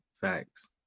Facts